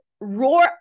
Roar